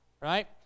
right